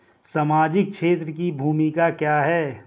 सामाजिक क्षेत्र की भूमिका क्या है?